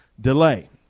delay